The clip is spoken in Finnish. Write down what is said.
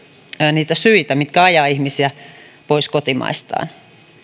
niitä syitä mitkä ajavat ihmisiä pois kotimaistaan